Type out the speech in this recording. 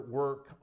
work